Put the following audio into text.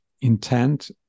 intent